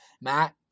Matt